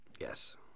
Yes